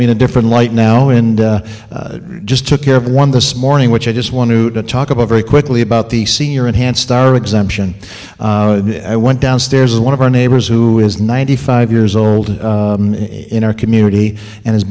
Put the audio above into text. me in a different light now and just took care of one this morning which i just want to talk about very quickly about the senior enhanced star exemption i went downstairs and one of our neighbors who is ninety five years old in our community and is